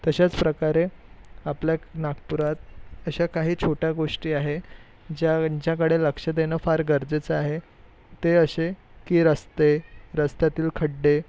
तशाच प्रकारे आपल्या नागपुरात अशा काही छोट्या गोष्टी आहे ज्यांच्याकडे लक्ष देणं फार गरजेचं आहे ते असे की रस्ते रस्त्यातील खड्डे